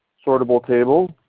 sortable table,